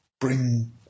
bring